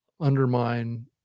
undermine